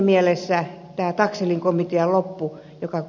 taxellin komitean loppu oli nolo